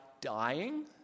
dying